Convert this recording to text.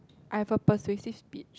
I have a persuasive speech